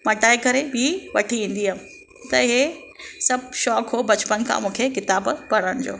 मटाए करे बि वठी ईंदी हूयमि त हे सभु शौंक़ु हो बचपन खां मूंखे किताबु पढ़ण जो